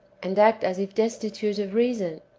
and act as if destitute of reason?